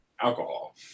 alcohol